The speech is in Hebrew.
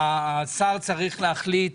השר צריך להחליט